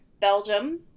belgium